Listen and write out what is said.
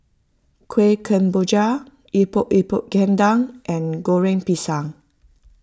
Kueh Kemboja Epok Epok Kentang and Goreng Pisang